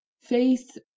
faith